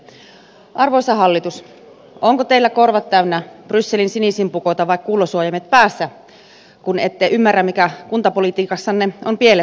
arvoisa hallitus onko teillä korvat täynnä brysselin sinisimpukoita vai kuulosuojaimet päässä kun ette ymmärrä mikä kuntapolitiikassanne on pielessä